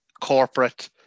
corporate